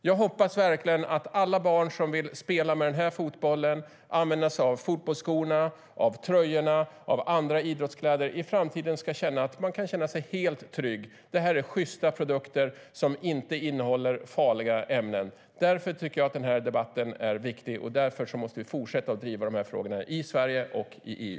Jag hoppas verkligen att alla barn som vill spela med den här fotbollen, använda fotbollsskor, tröjor och andra idrottskläder i framtiden ska känna sig helt trygga i att det är sjysta produkter som inte innehåller farliga ämnen. Därför tycker jag att den här debatten är viktig, och därför måste vi fortsätta att driva de här frågorna i Sverige och i EU.